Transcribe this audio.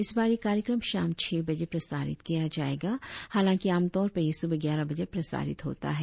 इस बार यह कार्यक्रम शाम छह बजे प्रसारित किया जाएगा हालाकि आमतौर पर यह सुबह ग्यारह बजे प्रसारित होता है